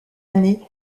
année